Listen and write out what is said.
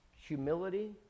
humility